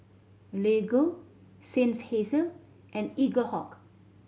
Lego Seinheiser and Eaglehawk